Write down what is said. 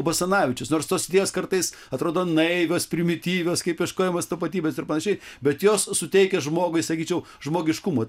basanavičius nors tos idėjos kartais atrodo naivios primityvios kaip ieškojimas tapatybės ir panašiai bet jos suteikia žmogui sakyčiau žmogiškumo